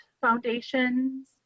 foundations